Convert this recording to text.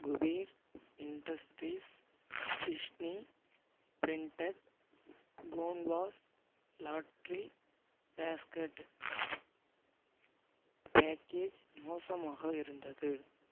Kuber Industries Disney printed canvas laundry basket package மோசமாக இருந்தது